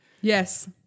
Yes